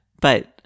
but-